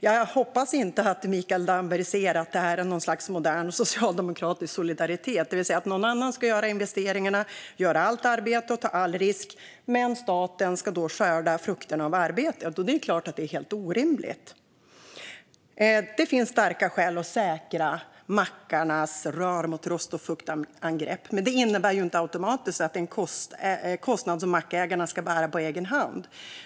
Jag hoppas att Mikael Damberg inte ser detta som något slags modern socialdemokratisk solidaritet, det vill säga att någon annan ska göra investeringarna, göra allt arbete och ta hela risken medan staten ska skörda frukterna av arbetet. Det är klart att det är helt orimligt. Det finns starka skäl att säkra mackarnas rör mot rost och fuktangrepp. Det innebär dock inte automatiskt att det är en kostnad som mackägarna ska bära på egen hand.